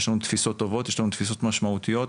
יש לנו תפיסות טובות, יש לנו תפיסות משמעותיות.